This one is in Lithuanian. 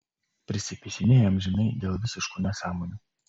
prisipisinėja amžinai dėl visiškų nesąmonių